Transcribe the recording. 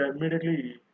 immediately